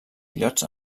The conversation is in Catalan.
illots